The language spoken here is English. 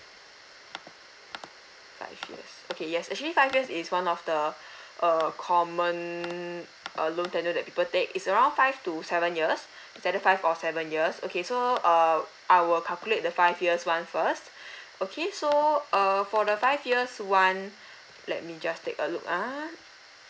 five years okay yes actually five years is one of the err common uh loan tenure that people take is around five to seven years it's either five or seven years okay so uh I will calculate the five years [one] first okay so err for the five years [one] let me just take a look ah